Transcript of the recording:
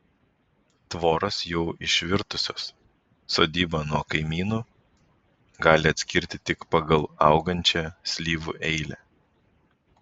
tvoros jau išvirtusios sodybą nuo kaimynų gali atskirti tik pagal augančią slyvų eilę